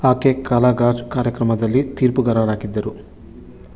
ಆಕೆ ಕಲಾಗಾಜ್ ಕಾರ್ಯಕ್ರಮದಲ್ಲಿ ತೀರ್ಪುಗಾರರಾಗಿದ್ದರು